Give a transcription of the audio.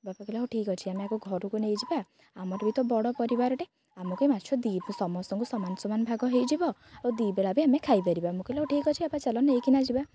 ବାପା କହିଲେ ହଉ ଠିକ ଅଛି ଆମେ ଆକୁ ଘରକୁ ନେଇଯିବା ଆମର ବି ତ ବଡ଼ ପରିବାରଟେ ଆମକୁ ବି ମାଛ ଦୁ ସମସ୍ତଙ୍କୁ ସମାନ ସମାନ ଭାଗ ହେଇଯିବ ଆଉ ଦି ବେଳା ବି ଆମେ ଖାଇପାରିବା ମୁଁ କହିଲି ହଉ ଠିକ ଅଛି ବାପା ଚାଲ ନେଇକିନା ଯିବା